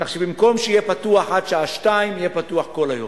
כך שבמקום שיהיה פתוח עד השעה 14:00 יהיה פתוח כל היום.